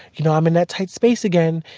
you know, i'm in that tight space again,